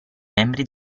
membri